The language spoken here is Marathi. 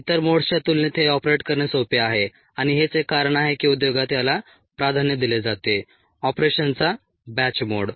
इतर मोड्सच्या तुलनेत हे ऑपरेट करणे सोपे आहे आणि हेच एक कारण आहे की उद्योगात याला प्राधान्य दिले जाते ऑपरेशनचा बॅच मोड